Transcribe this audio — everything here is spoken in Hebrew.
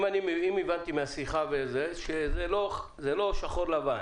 הבנתי מהשיחה שזה לא שחור-לבן.